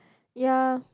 ya